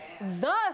Thus